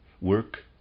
work